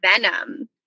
venom